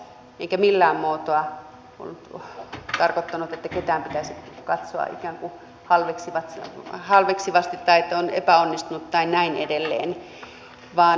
enkä millään muotoa tarkoittanut että ketään pitäisi katsoa ikään kuin halveksivasti tai että on epäonnistunut tai näin edelleen